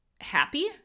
happy